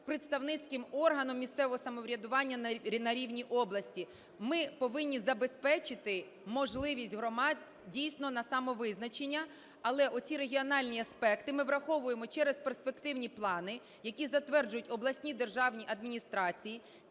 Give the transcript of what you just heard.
представницьким органом місцевого самоврядування на рівні області. Ми повинні забезпечити можливість громад, дійсно, на самовизначення. Але оці регіональні аспекти ми враховуємо через перспективні плани, які затверджують обласні державні адміністрації.